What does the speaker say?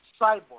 Cyborg